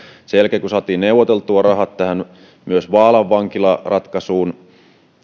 jälkeen kun saatiin neuvoteltua rahat myös vaalan vankilan ratkaisuun